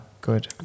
good